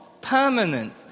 permanent